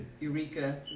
Eureka